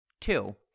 Two